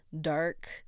dark